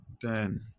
ten